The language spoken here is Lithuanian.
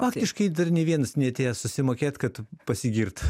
faktiškai dar nei vienas neatėjo susimokėt kad pasigirt